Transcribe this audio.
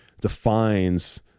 defines